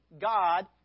God